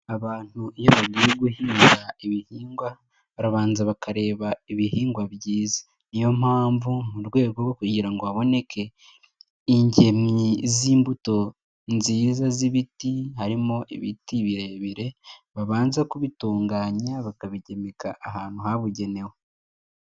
Abantu iyo bagiye guhinga ibihingwa, barabanza bakareba ibihingwa byiza. Ni yo mpamvu mu rwego rwo kugira ngo haboneke ingemwe z'imbuto nziza z'ibiti, harimo ibiti birebire, babanza kubitunganya bakabigemeka ahantu habugenewe.